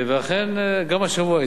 גם השבוע היתה פגישה,